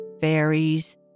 fairies